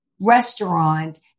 restaurant